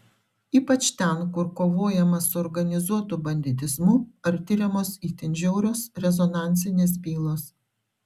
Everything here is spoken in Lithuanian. ypač ten kur kovojama su organizuotu banditizmu ar tiriamos itin žiaurios rezonansinės bylos